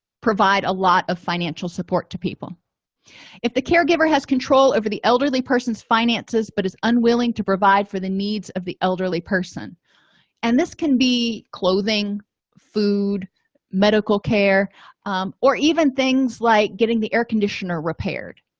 provide a lot of financial support to people if the caregiver has control over the elderly person's finances but is unwilling to provide for the needs of the elderly person and this can be clothing food medical care or even things like getting the air conditioner repaired